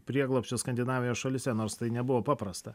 prieglobsčio skandinavijos šalyse nors tai nebuvo paprasta